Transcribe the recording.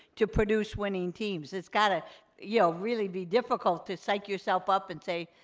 to produce winning teams. it's gotta yeah really be difficult to psych yourself up, and say,